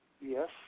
Yes